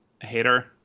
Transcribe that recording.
hater